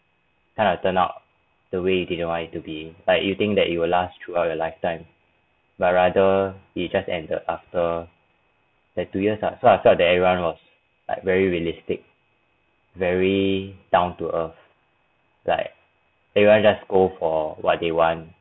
kind of turn out the way they don't want it to be like you think that you will last throughout your lifetime but rather it just ended after the two years ah so I felt that everyone was like very realistic very down to earth like everyone just go for what they want